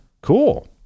Cool